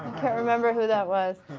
can't remember who that was.